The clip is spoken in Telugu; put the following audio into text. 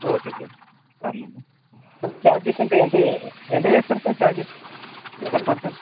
ఓకే సార్ పర్ం ఛార్జెస్ అంటే ఎంత ఎంత చేస్తారు సార్ ఛార్జెస్ పర్ పర్సన్